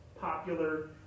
popular